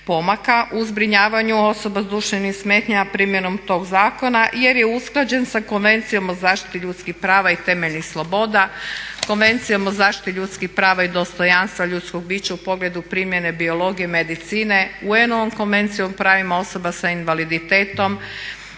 pomaka u zbrinjavanju osoba sa duševnim smetnjama primjenom tog zakona jer je usklađen sa Konvencijom o zaštiti ljudskih prava i temeljnih sloboda, Konvencijom o zaštiti ljudskih prava i dostojanstva ljudskog bića u pogledu primjene biologije, medicine, UN-ovom konvencijom o pravima osoba sa invaliditetom